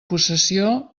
possessió